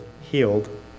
healed